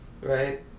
right